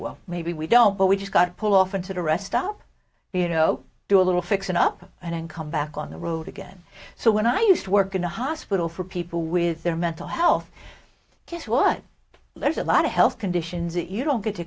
well maybe we don't but we just got to pull off into the rest stop you know do a little fixing up and come back on the road again so when i used to work in a hospital for people with their mental health kids what there's a lot of health conditions you don't get to